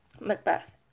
Macbeth